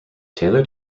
taylor